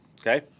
Okay